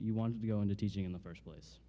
you want to go into teaching in the first place